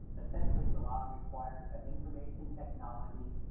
essentially, the law requires that information technology,